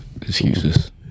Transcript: Excuses